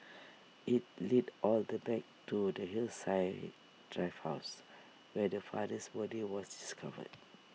IT led all the back to the Hillside drive house where the father's body was discovered